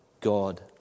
God